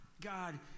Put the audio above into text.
God